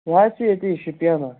سُہ حظ چھُ ییٚتی شوپینُک